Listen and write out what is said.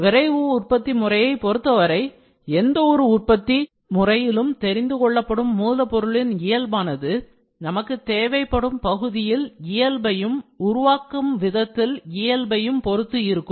விரைவு உற்பத்தி முறையைப் பொருத்தவரை எந்த ஒரு உற்பத்தி முறையிலும் தெரிந்து கொள்ளப்படும் மூலப்பொருளின் இயல்பானது நமக்குத் தேவைப்படும் பகுதியில் இயல்பையும் உருவாக்கும் விதத்தில் இயல்பையும் பொருத்து இருக்கும்